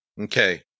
Okay